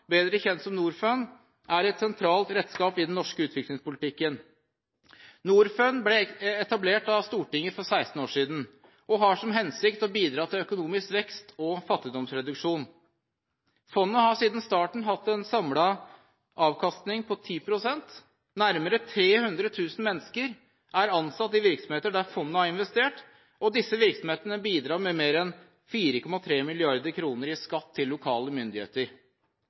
bedre kjent som Norfund, er et sentralt redskap i den norske utviklingspolitikken. Norfund ble etablert av Stortinget for 16 år siden og har som hensikt å bidra til økonomisk vekst og fattigdomsreduksjon. Fondet har siden starten hatt en samlet avkastning på 10 pst. Nærmere 300 000 mennesker er ansatt i virksomheter der fondet har investert, og disse virksomhetene bidrar med mer enn 4,3 mrd. kr i skatt til lokale myndigheter.